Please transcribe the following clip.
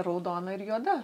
raudona ir juoda